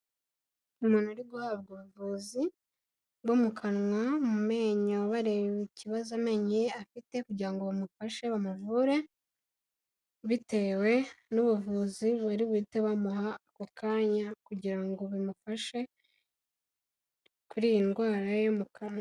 Umuntu ari guhabwa ubuvuzi, bwo mu kanwa, mu menyo bareba ikibazo amenyo ye afite kugira ngo bamufashe bamuvure, bitewe n'ubuvuzi bari buhite bamuha ako kanya, kugira ngo bimufashe, kuri iyi ndwara ye yo mu kanwa.